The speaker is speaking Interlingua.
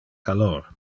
calor